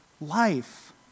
life